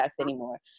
anymore